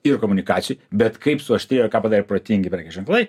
ir komunikacijoj bet kaip suaštrėjo ir ką padarė protingi prekės ženklai